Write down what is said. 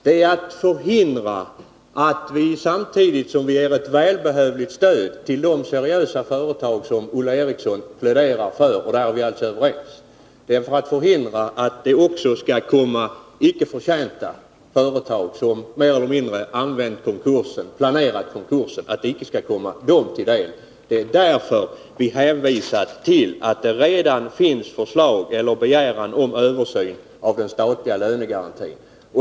Vi vill förhindra att det välbehövliga stöd som vi ger till de seriösa företag som Olle Eriksson pläderar för — där är vi alltså överens — också kommer icke förtjänta företag, som mer eller mindre har planerat konkursen, till del. Det är därför vi hänvisar till att det redan finns en begäran om översyn av den statliga lönegarantin.